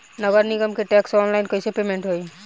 नगर निगम के टैक्स ऑनलाइन कईसे पेमेंट होई?